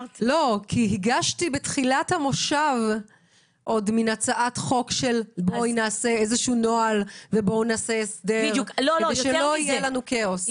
הגשתי בתחילת המושב הצעת חוק לנוהל או הסדר כזה כדי שלא יהיה לנו כאוס.